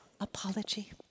apology